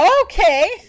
Okay